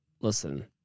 listen